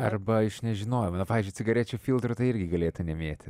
arba iš nežinojimo na pavyzdžiui cigarečių filtrų tai irgi galėtų nemėty